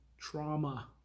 Trauma